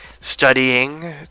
studying